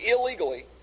illegally